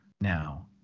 now